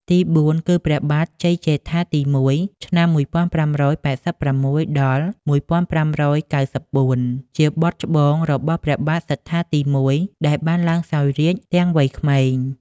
ទីបួនគឺ ព្រះបាទជ័យជេដ្ឋាទី១ (ឆ្នាំ ១៥៨៦-១៥៩៤) ជាបុត្រច្បងរបស់ព្រះសត្ថាទី១ ដែលបានឡើងសោយរាជ្យទាំងវ័យក្មេង។